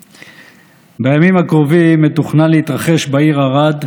בימים הקרובים מתוכנן להתרחש בעיר ערד,